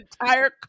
entire